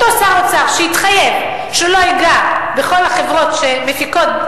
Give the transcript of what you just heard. אותו שר אוצר שהתחייב שלא ייגע בכל החברות שמפיקות,